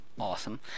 awesome